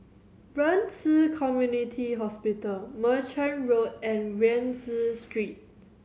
Ren Ci Community Hospital Merchant Road and Rienzi Street